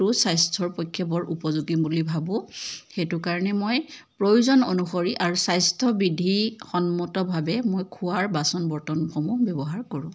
টো স্বাস্থ্যৰ পক্ষে বৰ উপযোগী বুলি ভাবোঁ সেইটো কাৰণে মই প্ৰয়োজন অনুসৰি মই আৰু স্বাস্থ্য বিধিসন্মতভাৱে মই খোৱাৰ বাচন বৰ্তন ব্যৱহাৰ কৰোঁ